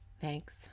Thanks